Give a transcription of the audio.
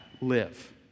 live